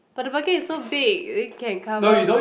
but the bucket is so big it can cover